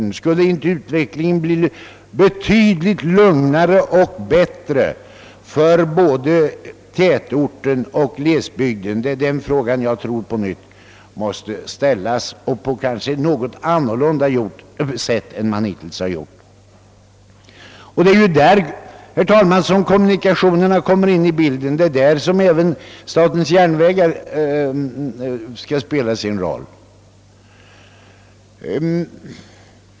Skulle inte utvecklingen därigenom bli betydligt lugnare och bättre för både tätorten och glesbygden? Det är den frågan jag tror måste ställas på nytt men annorlunda formulerad än den hittillsvarit. Det är här, herr talman, kommunikationerna kommer in i bilden. Det är här som även statens järnvägar skall spela sin roll.